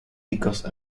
because